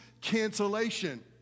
cancellation